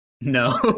No